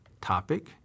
topic